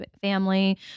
family